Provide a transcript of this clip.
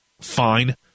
fine